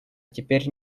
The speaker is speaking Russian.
теперь